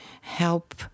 help